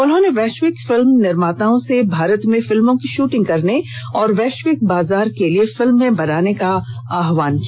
उन्होंने वैश्विक फिल्म निर्माताओं से भारत में फिल्मों की शूटिंग करने और वैश्विक बाजार के लिए फिल्में बनाने का आह्वान किया